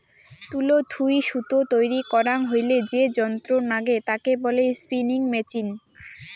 তুলো থুই সুতো তৈরী করাং হইলে যে যন্ত্র নাগে তাকে বলে স্পিনিং মেচিন